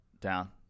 down